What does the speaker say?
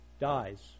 dies